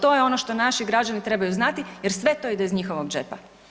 To je ono što naši građani trebaju znati jer sve to ide iz njihovog džepa.